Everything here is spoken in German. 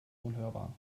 unhörbar